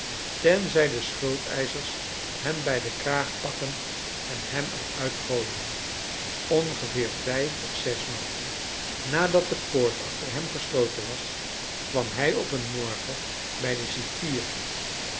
tenzij de schuldeischers hem bij de kraag pakken en hem er uit gooien ongeveer vijf of zes maanden nadat de poort achter hem gesloten was kwam hij op een morgen bij den cipier